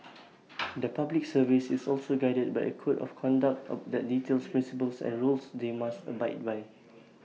the Public Service is also guided by A code of conduct of that details principles and rules they must abide by